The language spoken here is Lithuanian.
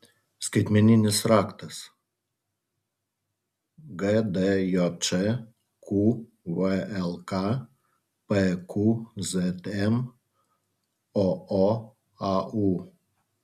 skaitmeninis raktas gdjč qvlk pqzm ooau